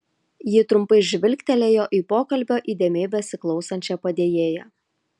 ji trumpai žvilgtelėjo į pokalbio įdėmiai besiklausančią padėjėją